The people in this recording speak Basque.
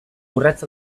urrats